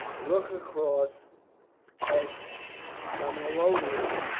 look across at camalodunum,